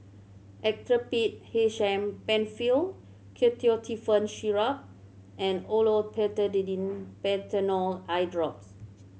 Actrapid H M Penfill Ketotifen Syrup and Olopatadine Patanol Eyedrops